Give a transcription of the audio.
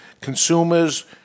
consumers